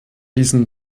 diesen